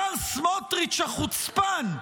השר סמוטריץ' החוצפן,